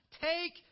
Take